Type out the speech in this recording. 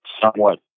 somewhat